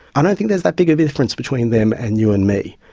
i don't think there's that big a difference between them and you and me.